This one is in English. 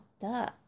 duh